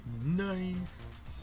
Nice